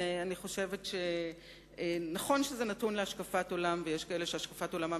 אני חושבת שנכון שזה נתון להשקפת עולם ויש כאלה שהשקפת עולמם